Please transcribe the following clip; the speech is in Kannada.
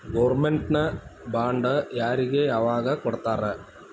ಗೊರ್ಮೆನ್ಟ್ ಬಾಂಡ್ ಯಾರಿಗೆ ಯಾವಗ್ ಕೊಡ್ತಾರ?